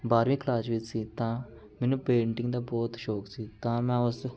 ਬਾਰਵੀਂ ਕਲਾਸ ਵਿੱਚ ਸੀ ਤਾਂ ਮੈਨੂੰ ਪੇਂਟਿੰਗ ਦਾ ਬਹੁਤ ਸ਼ੌਕ ਸੀ ਤਾਂ ਮੈਂ ਉਸ